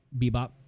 bebop